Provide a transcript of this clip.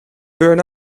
burn